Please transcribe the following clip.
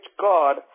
God